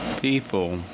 people